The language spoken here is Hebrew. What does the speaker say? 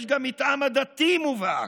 יש גם מתאם עדתי מובהק.